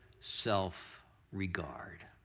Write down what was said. self-regard